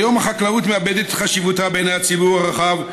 כיום החקלאות מאבדת את חשיבותה בעיני הציבור הרחב,